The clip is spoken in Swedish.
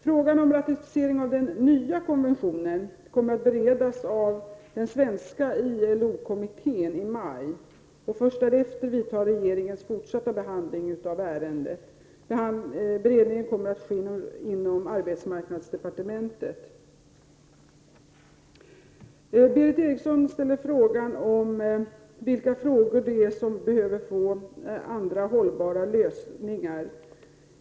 Frågan om ratificering av den nya konventionen kommer att beredas av den svenska ILO-kommittén i maj. Först därefter vidtar regeringens fortsatta behandling av ärendet. Beredningen kommer att ske genom arbetsmarknadsdepartementet. Berith Eriksson undrar vilka frågor som behöver få andra, hållbara lösningar.